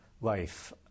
life